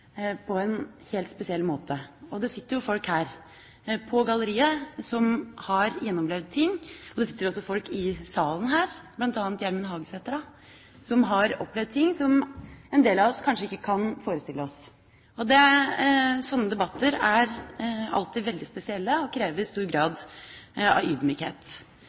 på en helt spesiell måte. Det sitter jo folk her på galleriet som har gjennomlevd ting, og det sitter også folk i salen her, bl.a. Gjermund Hagesæter, som har opplevd ting som en del av oss kanskje ikke kan forestille oss. Slike debatter er alltid veldig spesielle og krever stor grad av